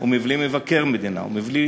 ומבלי מבקר המדינה ומבלי